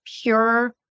pure